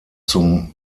zum